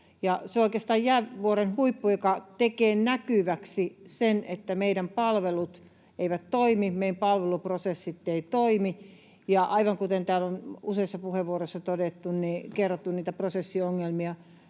se on oikeastaan jäävuoren huippu, joka tekee näkyväksi sen, että meidän palvelut eivät toimi, meidän palveluprosessit eivät toimi. Aivan kuten täällä on useissa puheenvuoroissa kerrottu niistä prosessiongelmista,